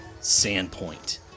Sandpoint